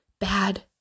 bad